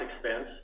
expense